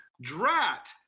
Drat